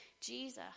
Jesus